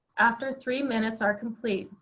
after three minutes are complete,